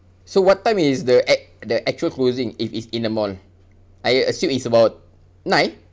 so what time is the ac~ the actual closing if it's in a mall I assume it's about nine